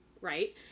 right